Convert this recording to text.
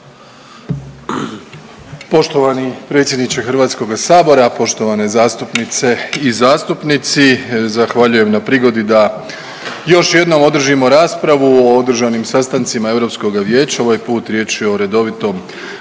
Poštovani predsjedniče Hrvatskoga sabra, poštovane zastupnice i zastupnici zahvaljujem na prigodi da još jednom održimo raspravu o održanim sastancima Europskoga vijeća. Ovaj put riječ je o redovitom